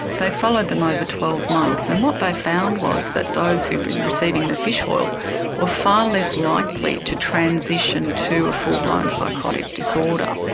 they followed them over twelve months, and what they found was that those who had been receiving the fish oil were far less likely to transition to a full-blown psychotic disorder.